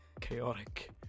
chaotic